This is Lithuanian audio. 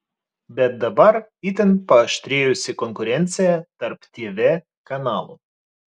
bet dabar itin paaštrėjusi konkurencija tarp tv kanalų